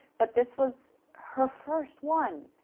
but this was her first one.